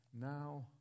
Now